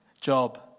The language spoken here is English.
job